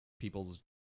people's